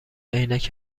عینک